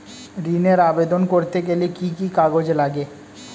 ঋণের আবেদন করতে গেলে কি কি কাগজ লাগে?